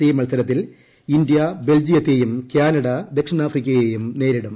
C മത്സരത്തിൽ India ഇന്ന് ബെൽജിയത്തെയും ക്യാനഡ ദക്ഷിണാഫ്രിക്കയെയും നേരിടും